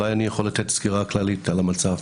אולי אני יכול לתת סקירה כללית על המצב